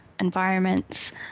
environments